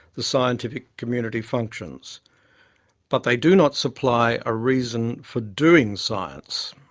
the scientific community functions but they do not supply a reason for doing science.